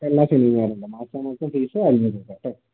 എല്ലാ ശനി ഞായറും മാസം മാസം ഫീസ് അഞ്ഞൂറ് രൂപ കേട്ടോ